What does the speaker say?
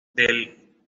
del